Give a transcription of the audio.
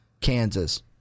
Kansas